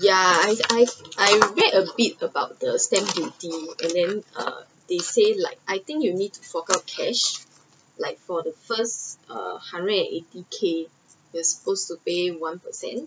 ya I I I read a bit about the stamp duty and then uh they say like I think you need to fork out cash like for the first uh hundred and eighty K you're supposed to pay one percent